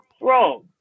wrong